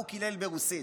הוא קילל ברוסית.